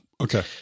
Okay